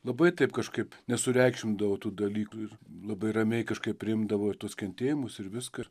labai taip kažkaip nesureikšmindavo tų dalykų ir labai ramiai kažkaip priimdavo ir tuos kentėjimus ir viską ir